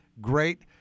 great